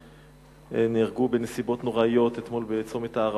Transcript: שנהרגו בנסיבות נוראיות אתמול בצומת הערבה.